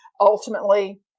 Ultimately